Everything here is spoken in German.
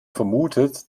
vermutet